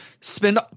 spend